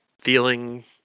feeling